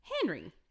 Henry